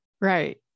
right